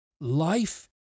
life